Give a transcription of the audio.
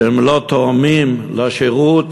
שהם לא תורמים לשירות,